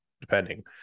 depending